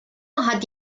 hat